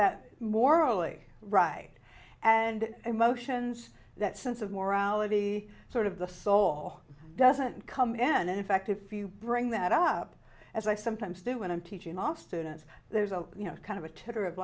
that morally right and emotions that sense of morality sort of the soul doesn't come in and effective if you bring that up as i sometimes do when i'm teaching off students there's a you know kind of a t